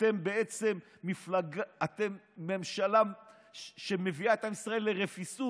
אתם ממשלה שמביאה את עם ישראל לרפיסות.